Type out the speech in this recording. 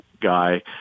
guy